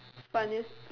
funniest